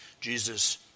Jesus